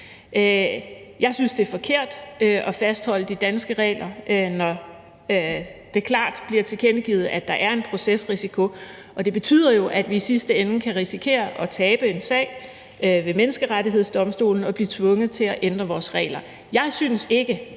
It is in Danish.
Jeg synes, at det er forkert at fastholde de danske regler, når det klart bliver tilkendegivet, at der er en procesrisiko. Og det betyder jo, at vi i sidste ende kan risikere at tabe en sag ved Menneskerettighedsdomstolen og blive tvunget til at ændre vores regler. Jeg synes ikke,